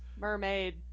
Mermaid